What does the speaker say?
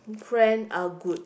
friend are good